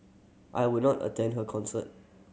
I would not attend her concert